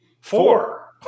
Four